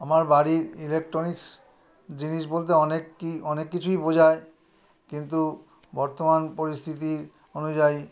আমার বাড়ির ইলেকট্রনিক্স জিনিস বলতে অনেকই অনেক কিছুই বোঝায় কিন্তু বর্তমান পরিস্থিতি অনুযায়ী